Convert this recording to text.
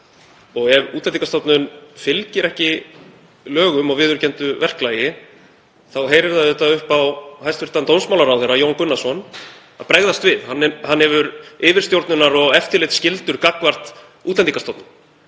Ef Útlendingastofnun fylgir ekki lögum og viðurkenndu verklagi heyrir það upp á hæstv. dómsmálaráðherra, Jón Gunnarsson, að bregðast við. Hann hefur yfirstjórnunar- og eftirlitsskyldur gagnvart Útlendingastofnun.